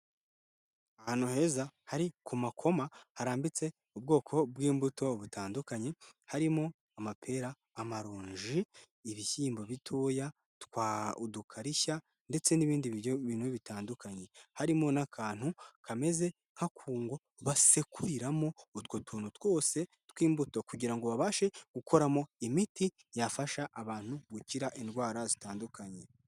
Ahantu heza hari ku makoma harambitse ubwoko bw'imbuto butandukanye, harimo amapera amaronji ibishyimbo bitoya udukarishya ndetse n'ibindi biryo bin bitandukanye harimo n'akantu kameze nk'akunngo basekuriramo utwo tuntu twose tw'imbuto kugira ngo babashe gukoramo imiti yafasha abantu gukira indwara zitandukanye. Ahantu heza hari ku makoma harambitse ubwoko bw’imbuto butandukanye, harimo amapera, amaronji, ibishyimbo bitoya, udukarishya, ndetse n’ibindi biribwa bitandukanye. Hari kandi n’akantu kameze nk’akungo (basekuriramo) utwo tuntu twose tw’imbuto, kugira ngo babashe kubikoramo imiti ifasha abantu gukira indwara zitandukanye.